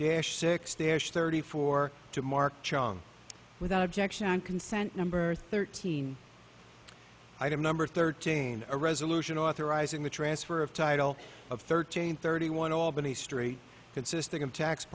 dash six their thirty four to mark chong without objection consent number thirteen item number thirteen a resolution authorizing the transfer of title of thirteen thirty one albany straight consisting of tax